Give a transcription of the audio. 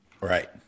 Right